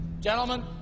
gentlemen